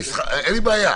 אין לי בעיה,